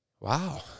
wow